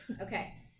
okay